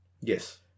Yes